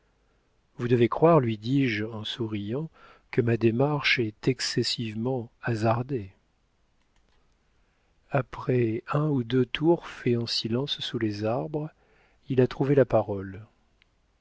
vous devez croire lui dis-je en souriant que ma démarche est excessivement hasardée après un ou deux tours faits en silence sous les arbres il a trouvé la parole